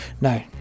No